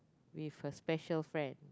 with her special friend